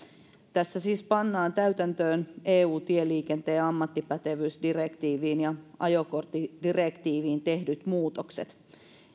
tässä siis pannaan täytäntöön eun tieliikenteen ammattipätevyysdirektiiviin ja ajokorttidirektiiviin tehdyt muutokset